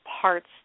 parts